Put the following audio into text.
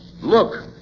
Look